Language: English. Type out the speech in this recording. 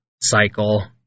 cycle